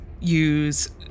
use